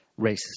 racist